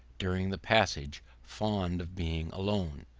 during the passage, fond of being alone.